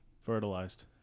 Fertilized